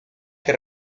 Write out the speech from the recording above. que